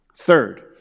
Third